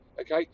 okay